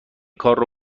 کارو